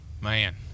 man